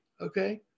okay